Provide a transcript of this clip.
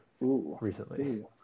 recently